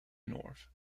north